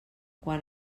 quan